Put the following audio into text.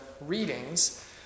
readings